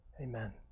Amen